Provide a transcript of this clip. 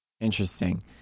Interesting